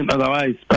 Otherwise